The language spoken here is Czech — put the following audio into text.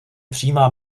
přímá